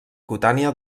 cutània